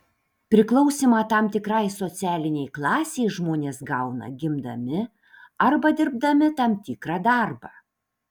priklausymą tam tikrai socialinei klasei žmonės gauna gimdami arba dirbdami tam tikrą darbą